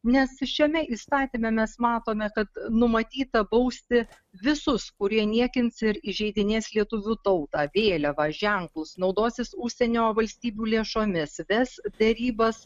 nes šiame įstatyme mes matome kad numatyta bausti visus kurie niekins ir įžeidinės lietuvių tautą vėliavą ženklus naudosis užsienio valstybių lėšomis ves derybas